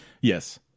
Yes